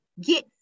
Get